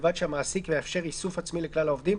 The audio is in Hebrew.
ובלבד שהמעסיק מאפשר איסוף עצמי לכלל העובדים,